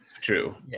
True